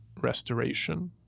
restoration